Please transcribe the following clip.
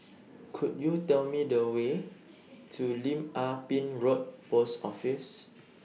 Could YOU Tell Me The Way to Lim Ah Pin Road Post Office